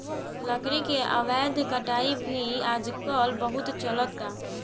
लकड़ी के अवैध कटाई भी आजकल बहुत चलता